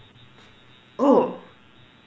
oh